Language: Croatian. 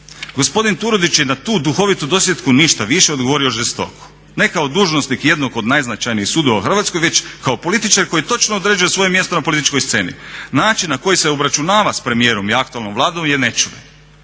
Gospodin Turudić je na tu duhovitu dosjetku ništa više odgovorio žestoko ne kao dužnosnik jednog od najznačajnijih sudova u Hrvatskoj već kao političar koji točno određuje svoje mjesto na političkoj sceni. Način na koji se obračunava sa premijerom i aktualnom Vladom je nečuven.